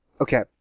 Okay